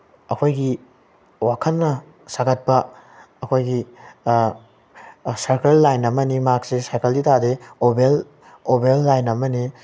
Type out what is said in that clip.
ꯑꯩꯈꯣꯏꯒꯤ ꯋꯥꯈꯜꯅ ꯁꯥꯒꯠꯄ ꯑꯩꯈꯣꯏꯒꯤ ꯁꯥꯔꯀꯜ ꯂꯥꯏꯟ ꯑꯃꯅꯤ ꯃꯍꯥꯛꯁꯦ ꯁꯥꯔꯀꯜꯗꯤ ꯇꯥꯗꯦ ꯑꯣꯕꯦꯜ ꯑꯣꯕꯦꯜ ꯂꯥꯏꯟ ꯑꯃꯅꯤ